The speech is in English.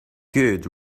good